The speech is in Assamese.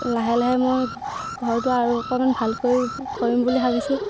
লাহে লাহে মই ঘৰটো আৰু অকণমান ভাল কৰি কৰিম বুলি ভাবিছোঁ